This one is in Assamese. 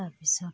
তাৰপিছত